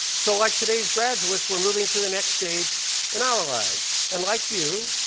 so like today's graduates we're moving to the next stage in our lives. and like you,